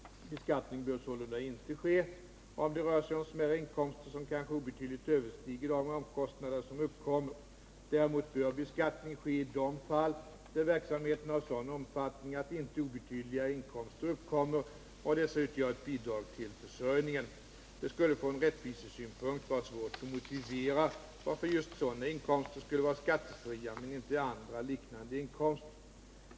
Beskattning bör sålunda inte ske, om det rör sig om smärre inkomster, som kanske obetydligt överstiger de omkostnader som uppkommer. Däremot bör beskattning ske i de fall där verksamheten har sådan omfattning att inte obetydliga inkomster uppkommer och dessa utgör ett bidrag till försörjningen. Det skulle från rättvisesynpunkt vara svårt att motivera varför just sådana inkomster skulle vara skattefria men inte andra liknande inkomster.